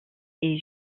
est